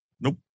Nope